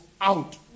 out